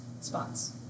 spots